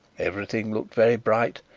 everything looked very bright,